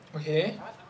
okay